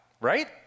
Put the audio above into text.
right